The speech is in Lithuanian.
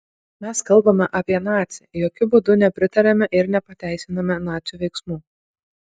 mes kalbame apie nacį jokiu būdu nepritariame ir nepateisiname nacių veiksmų